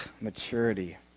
maturity